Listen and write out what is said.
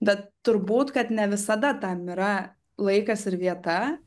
bet turbūt kad ne visada tam yra laikas ir vieta